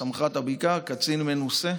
סמח"ט הבקעה, קצין מנוסה,